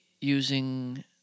using